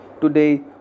Today